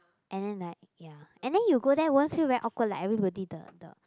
and then like ya and then you go there won't feel very awkward like everybody the the